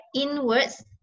inwards